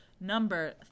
number